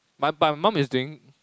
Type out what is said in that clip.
ma~ but my mum is doing